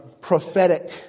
prophetic